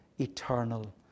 eternal